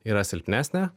yra silpnesnė